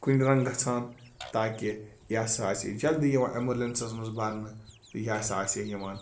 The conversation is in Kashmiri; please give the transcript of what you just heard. کُنہِ رنٛگہٕ گَژھان تاکہِ یہِ ہَسا آسہِ یہِ جلدی یِوان اٮ۪مبُلٮ۪نسَس منٛز بَرنہٕ تہٕ یہِ ہَسا آسہِ ہے یِوان